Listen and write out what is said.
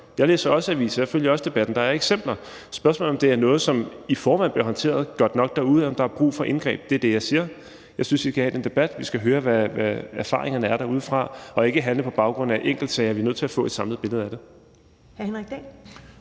Jeg læser også aviser, og jeg følger også debatten, og der er eksempler. Spørgsmålet er, om det er noget, som i forvejen bliver håndteret godt nok derude, eller om der er brug for indgreb. Det er det, jeg siger. Jeg synes, vi skal have den debat. Vi skal høre, hvad erfaringerne er derudefra, og ikke handle på baggrund af enkeltsager, men vi er nødt til at få et samlet billede af det.